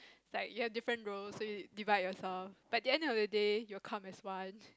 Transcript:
like you have a different roles so you divide yourself but at the end of the day you will come as one